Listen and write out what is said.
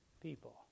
people